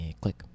Click